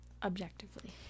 Objectively